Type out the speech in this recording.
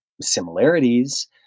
similarities